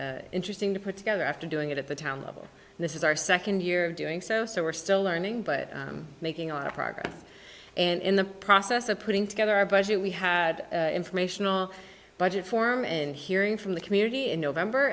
been interesting to put together after doing it at the town hall this is our second year doing so so we're still learning but making a lot of progress and in the process of putting together our budget we had informational budget form and hearing from the community in november